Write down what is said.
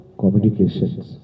communications